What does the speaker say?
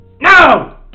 No